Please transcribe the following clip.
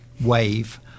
wave